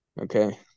Okay